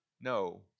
no